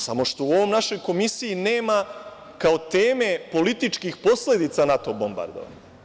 Samo što u ovoj našoj komisiji nema kao teme političkih posledica NATO bombardovanja.